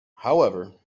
however